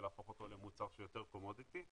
ולהפוך אותו למוצר שהוא יותר קומודיטי.